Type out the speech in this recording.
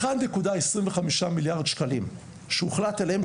1.25 מיליארד שקלים שהוחלט עליהם,